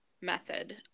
method